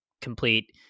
complete